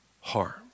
harm